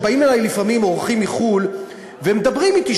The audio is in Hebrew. באים אלי לפעמים אורחים מחו"ל ומדברים אתי,